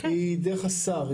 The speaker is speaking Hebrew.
היא דרך השר,